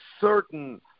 certain